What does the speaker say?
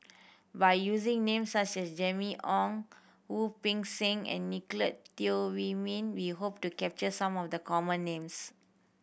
by using names such as Jimmy Ong Wu Peng Seng and Nicolette Teo Wei Min we hope to capture some of the common names